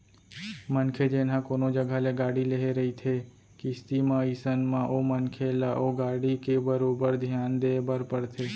मनखे जेन ह कोनो जघा ले गाड़ी ले रहिथे किस्ती म अइसन म ओ मनखे ल ओ गाड़ी के बरोबर धियान देय बर परथे